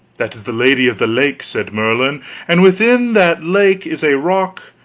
that is the lady of the lake, said merlin and within that lake is a rock,